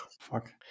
fuck